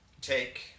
Take